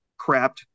crapped